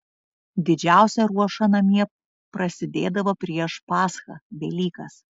didžiausia ruoša namie prasidėdavo prieš paschą velykas